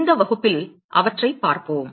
இந்த வகுப்பில் அவற்றைப் பார்ப்போம்